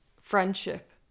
friendship